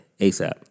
ASAP